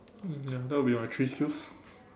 mm ya that will be my three skills